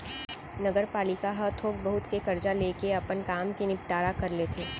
नगरपालिका ह थोक बहुत के करजा लेके अपन काम के निंपटारा कर लेथे